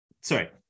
Sorry